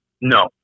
No